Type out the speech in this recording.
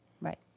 Right